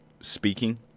speaking